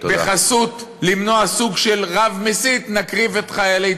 בחסות למנוע סוג של רב מסית נקריב את חיילי